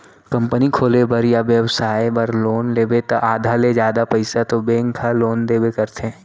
company खोले बर या बेपसाय बर लोन लेबे त आधा ले जादा पइसा तो बेंक ह लोन देबे करथे